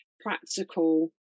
practical